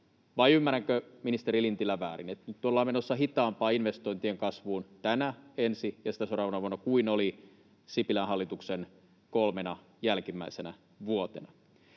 Vai ymmärränkö, ministeri Lintilä, väärin, että nyt ollaan menossa hitaampaan investointien kasvuun tänä, ensi ja sitä seuraavana vuonna kuin oli Sipilän hallituksen kolmena jälkimmäisenä vuotena?